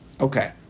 Okay